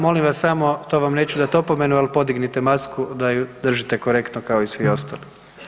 Molim vas samo, to vam neću dat opomenu, al podignite masku da ju držite korektno kao i svi ostali.